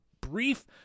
brief